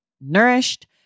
nourished